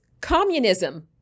communism